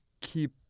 keep